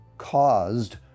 caused